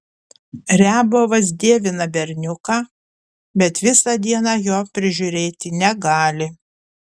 riabovas dievina berniuką bet visą dieną jo prižiūrėti negali